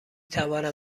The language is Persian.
توانم